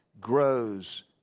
grows